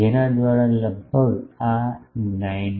જેના દ્વારા લગભગ આ 19